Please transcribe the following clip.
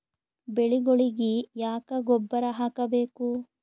ಬೆಳಿಗೊಳಿಗಿ ಯಾಕ ಗೊಬ್ಬರ ಹಾಕಬೇಕು?